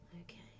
Okay